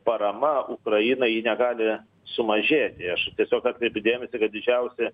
parama ukrainai ji negali sumažėti aš tiesiog atkreipiu dėmesį kad didžiausi